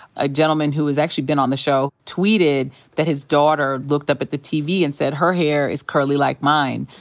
a gentleman who has actually been on the show tweeted that his daughter looked up at the tv and said, her hair is curly like mine.